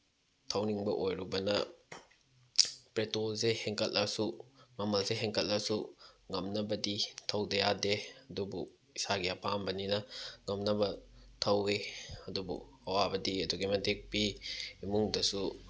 ꯊꯧꯅꯤꯡꯕ ꯑꯣꯏꯔꯨꯕꯅ ꯄꯦꯇ꯭ꯔꯣꯜꯁꯦ ꯍꯦꯟꯀꯠꯂꯁꯨ ꯃꯃꯜꯁꯦ ꯍꯦꯟꯀꯠꯂꯁꯨ ꯉꯝꯅꯕꯗꯤ ꯊꯧꯗ ꯌꯥꯗꯦ ꯑꯗꯨꯕꯨ ꯏꯁꯥꯒꯤ ꯑꯄꯥꯝꯕꯅꯤꯅ ꯉꯝꯅꯕ ꯊꯧꯋꯤ ꯑꯗꯨꯕꯨ ꯑꯋꯥꯕꯗꯤ ꯑꯗꯨꯛꯀꯤ ꯃꯇꯤꯛ ꯄꯤ ꯏꯃꯨꯡꯗꯁꯨ